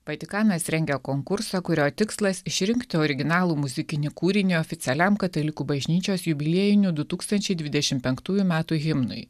vatikanas rengia konkursą kurio tikslas išrinkti originalų muzikinį kūrinį oficialiam katalikų bažnyčios jubiliejinių du tūkstančiai dvidešim penktųjų metų himnui